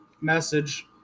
message